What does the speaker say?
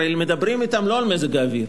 הרי מדברים אתם לא על מזג האוויר.